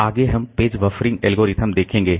आगे हम page buffering algorithm देखेंगे